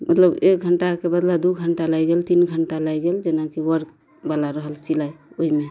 मतलब एक घण्टाके बदला दू घण्टा लागि गेल तीन घण्टा लागि गेल जेनाकि वर्क बला रहल सिलाइ ओहिमे